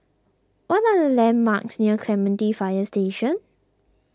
what are the landmarks near Clementi Fire Station